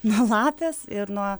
nuo lapės ir nuo